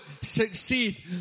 succeed